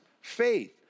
faith